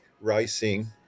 rising